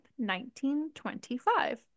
1925